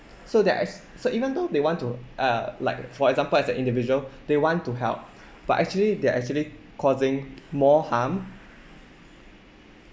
so there is so even though they want to uh like for example as an individual they want to help but actually they're actually causing more harm